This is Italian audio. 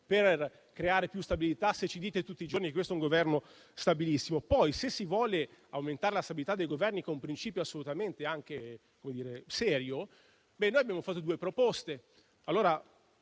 per creare più stabilità, se ci dite tutti i giorni che questo Governo è stabilissimo. Inoltre, se si vuole aumentare la stabilità dei Governi, che è un principio assolutamente serio, noi abbiamo avanzato due proposte: